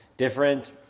different